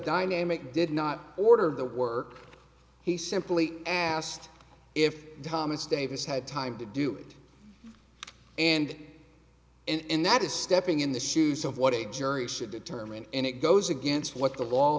dynamic did not order the work he simply asked if thomas davis had time to do it and in that is stepping in the shoes of what a jury should determine and it goes against what the law